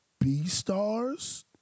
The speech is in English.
B-Stars